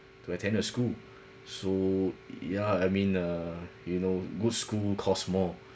to attend school so yeah I mean uh you know good school cost more